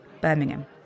Birmingham